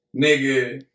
nigga